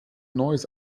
neues